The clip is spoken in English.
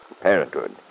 parenthood